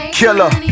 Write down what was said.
killer